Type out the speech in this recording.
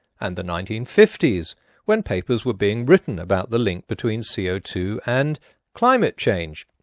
and the nineteen fifty s when papers were being written about the link between c o two and climate change.